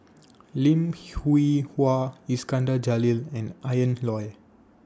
Lim Hwee Hua Iskandar Jalil and Ian Loy